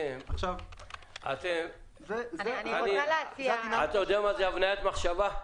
אתה יודע מה זה הבניית מחשבה?